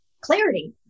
clarity